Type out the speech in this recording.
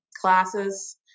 classes